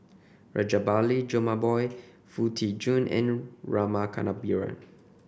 Rajabali Jumabhoy Foo Tee Jun and Rama Kannabiran